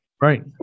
Right